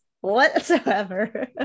whatsoever